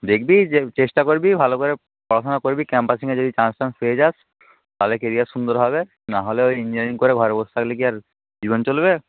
দেখবি যে চেষ্টা করবি ভালো করে পড়াশুনা করবি ক্যাম্পাসিংয়ে যদি চান্স টান্স পেয়ে যাস তাহলে কেরিয়ার সুন্দর হবে না হলে ওই ইঞ্জিনিয়ারিং করে ঘরে বসে থাকলে কী আর জীবন চলবে